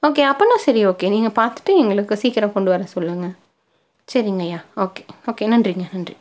okay அப்படினா சரி okay நீங்கள் பார்த்துட்டு எங்களுக்கு சீக்கரம் கொண்டுவர சொல்லுங்க சரிங்கய்யா ஓகே ஓகே நன்றிங்க நன்றி